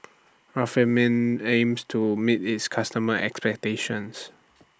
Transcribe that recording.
aims to meet its customers' expectations